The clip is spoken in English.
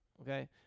okay